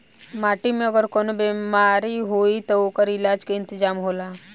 माटी में अगर कवनो बेमारी होई त ओकर इलाज के इंतजाम होला